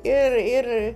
ir ir